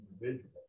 individual